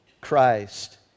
Christ